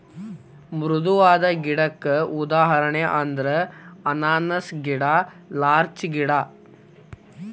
ಮೃದುವಾದ ಗಿಡಕ್ಕ ಉದಾಹರಣೆ ಅಂದ್ರ ಅನಾನಸ್ ಗಿಡಾ ಲಾರ್ಚ ಗಿಡಾ